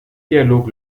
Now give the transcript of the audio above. dialog